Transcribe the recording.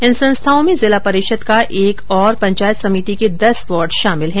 इन संस्थाओं में जिला परिषद का एक और पंचायत समिति के दस वार्ड शामिल है